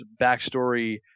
backstory